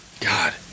God